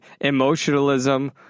emotionalism